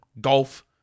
golf